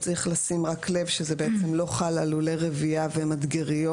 צריך לשים לב שזה לא חל על לולי רבייה ומדגריות.